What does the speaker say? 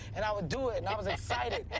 and i would do it and i was excited.